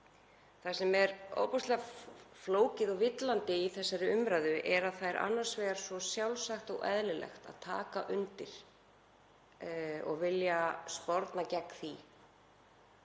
Það sem er ofboðslega flókið og villandi í þessari umræðu er að það er annars vegar svo sjálfsagt og eðlilegt að taka undir og vilja sporna gegn